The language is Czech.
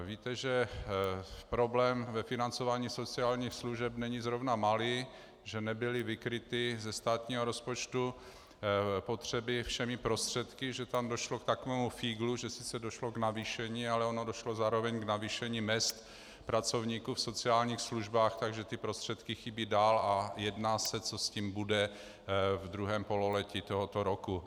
Víte, že problém ve financování sociálních služeb není zrovna malý, že nebyly vykryty ze státního rozpočtu potřeby všemi prostředky, že tam došlo k takovému fíglu, že sice došlo k navýšení, ale ono došlo zároveň k navýšení mezd pracovníků v sociálních službách, takže prostředky chybí dál a jedná se, co s tím bude ve druhém pololetí tohoto roku.